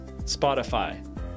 Spotify